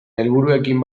helburuekin